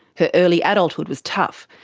her early adulthood was tough.